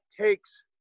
takes